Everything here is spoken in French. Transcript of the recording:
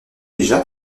déjà